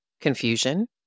Confusion